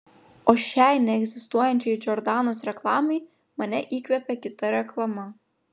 o šiai neegzistuojančiai džordanos reklamai mane įkvėpė kita reklama